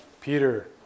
Peter